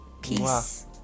Peace